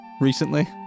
recently